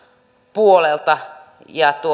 puolelta